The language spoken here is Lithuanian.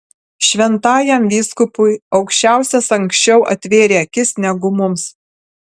šventajam vyskupui aukščiausias anksčiau atvėrė akis negu mums